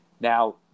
Now